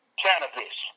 cannabis